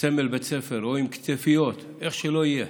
סמל בית הספר או עם כתפיות, איך שלא יהיה,